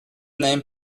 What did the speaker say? name